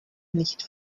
nicht